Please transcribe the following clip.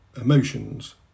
emotions